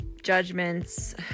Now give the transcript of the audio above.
Judgments